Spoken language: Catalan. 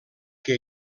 que